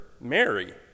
Mary